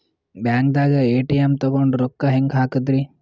ಬ್ಯಾಂಕ್ದಾಗ ಎ.ಟಿ.ಎಂ ತಗೊಂಡ್ ರೊಕ್ಕ ಹೆಂಗ್ ಹಾಕದ್ರಿ?